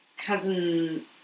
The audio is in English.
Cousin